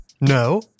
No